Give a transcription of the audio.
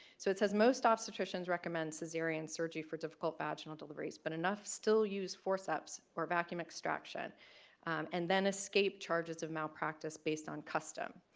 so it says, most obstetricians recommend cesarean surgery for difficult vaginal deliveries but enough still use forceps or vacuum extraction and then escape charges of malpractice based on custom.